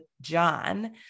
John